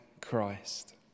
Christ